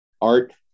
art